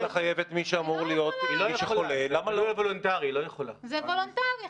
--- זה וולונטרי,